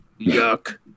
yuck